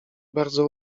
bardzo